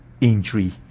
injury